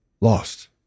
Lost